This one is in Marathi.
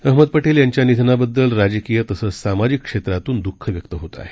अहमद पटेल यांच्या निधनाबद्दल राजकीय तसंच सामाजिक क्षेत्रातून दूःख व्यक्त होत आहे